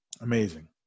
Amazing